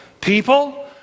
people